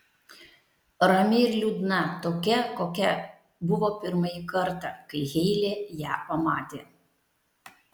rami ir liūdna tokia kokia buvo pirmąjį kartą kai heile ją pamatė